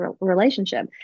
relationship